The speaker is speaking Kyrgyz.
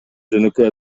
жөнөкөй